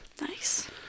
Nice